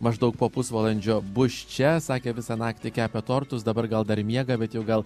maždaug po pusvalandžio bus čia sakė visą naktį kepė tortus dabar gal dar miega bet jau gal